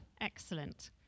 excellent